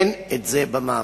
זה איננו במערכת.